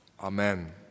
Amen